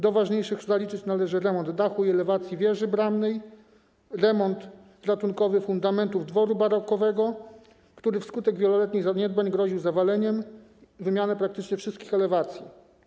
Do ważniejszych zaliczyć należy remont dachu i elewacji wieży bramnej, remont ratunkowy fundamentów dworu barokowego, który wskutek wieloletnich zaniedbań groził zawaleniem, wymianę praktycznie wszystkich elewacji.